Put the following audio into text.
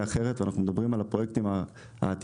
אחרת ואנחנו מדברים על הפרויקטים העתידיים